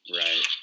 right